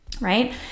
right